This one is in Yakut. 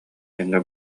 тэҥҥэ